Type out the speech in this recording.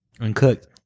uncooked